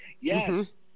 Yes